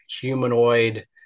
humanoid